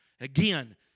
Again